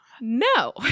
No